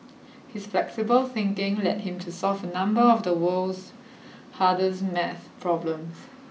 his flexible thinking led him to solve a number of the world's hardest maths problems